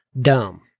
dumb